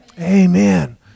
Amen